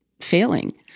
failing